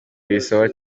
bisaba